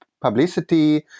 publicity